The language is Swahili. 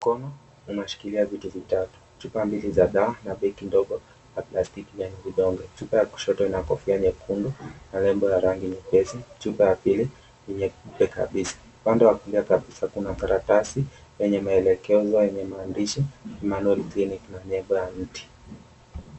Mkono unashikilia vitu vitatu, chupa mbili za dawa na begi ndogo za plastiki. Chupa ya kushoto ina kofia nyekundu na nembo ya rangi nyepesi. Chupa ya pili ni nyeupe kabisa. Upande wa kulia kabisa kuna karatasi yenye maelekezo yenye mahandishi nalo mpini kuna nebo ya mti.